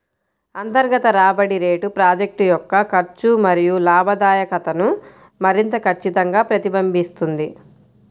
అంతర్గత రాబడి రేటు ప్రాజెక్ట్ యొక్క ఖర్చు మరియు లాభదాయకతను మరింత ఖచ్చితంగా ప్రతిబింబిస్తుంది